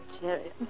Jerry